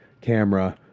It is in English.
camera